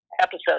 episode